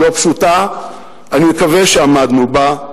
היא לא פשוטה ואני מקווה שעמדנו בה,